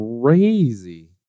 crazy